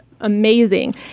Amazing